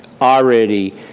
already